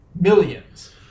millions